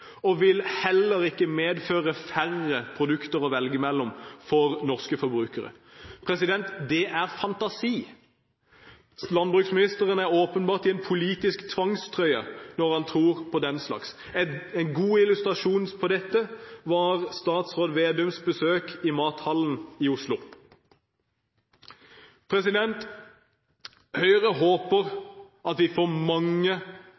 og heller ikke vil medføre færre produkter å velge mellom for norske forbrukere. Det er fantasi, så landbruksministeren er åpenbart i en politisk tvangstrøye når han tror på den slags. En god illustrasjon på dette var statsråd Slagsvold Vedums besøk i mathallen i Oslo. Høyre håper at vi får mange